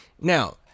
Now